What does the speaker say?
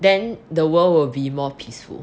then the world will be more peaceful